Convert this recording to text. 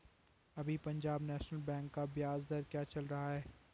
अभी Punjab National Bank का ब्याज दर क्या चल रहा है?